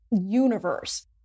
universe